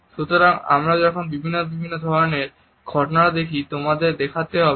সুতরাং আমরা যখন বিভিন্ন ধরনের ঘটনা দেখি তোমাদের দেখতে হবে